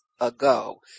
ago